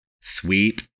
sweep